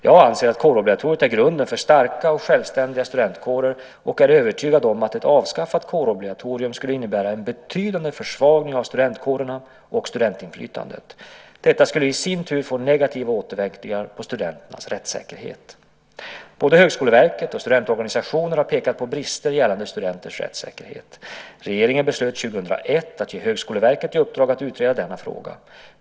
Jag anser att kårobligatoriet är grunden för starka och självständiga studentkårer och är övertygad om att ett avskaffat kårobligatorium skulle innebära en betydande försvagning av studentkårerna och studentinflytandet. Detta skulle i sin tur få negativa återverkningar på studenternas rättssäkerhet. Både Högskoleverket och studentorganisationer har pekat på brister gällande studenters rättssäkerhet. Regeringen beslöt 2001 att ge Högskoleverket i uppdrag att utreda denna fråga.